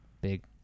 big